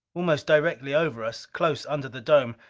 almost directly over us, close under the dome,